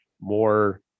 more